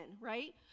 right